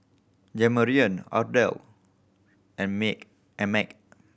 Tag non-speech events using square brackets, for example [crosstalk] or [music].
Jamarion Ardell and [unintelligible] and Meg